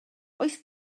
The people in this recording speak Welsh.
oes